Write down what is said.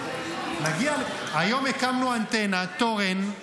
היום הקמנו אנטנה, תורן,